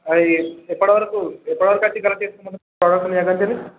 అయి ఏప్పటివరకు ఎప్పటివరకు వచ్చి కల్లెక్ట్ చేసుకోమంటారు ప్రోడక్ట్ మీరు